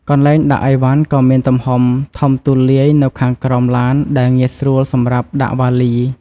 កន្លែងដាក់ឥវ៉ាន់ក៏មានទំហំធំទូលាយនៅខាងក្រោមឡានដែលងាយស្រួលសម្រាប់ដាក់វ៉ាលី។